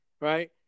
right